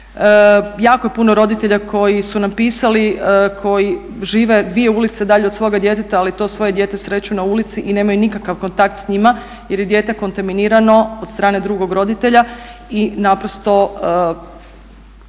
Jako je puno roditelja koji su nam pisali, koji žive dvije ulice dalje od svoga djeteta, ali to svoje dijete sreću na ulici i nemaju nikakav kontakt s njima jer je dijete kontaminirano od strane drugog roditelja i naprosto